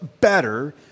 better